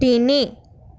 তিনি